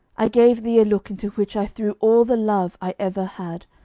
i gave thee a look into which i threw all the love i ever had,